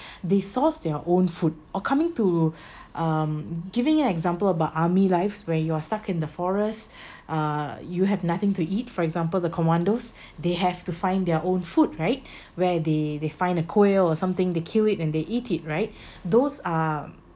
they source their own food or coming to um giving an example about army lives where you're stuck in the forest uh you have nothing to eat for example the commandos they have to find their own food right where they they find a quail or something they kill it and they eat it right those are